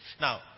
Now